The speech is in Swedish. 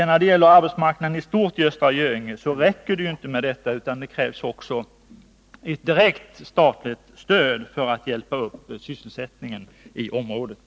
När det gäller arbetsmarknaden i stort i Östra Göinge kommun behövs f. ö. ytterligare åtgärder — det krävs ett direkt statligt stöd för att hjälpa upp sysselsättningen i området.